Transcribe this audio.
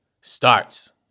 starts